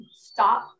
Stop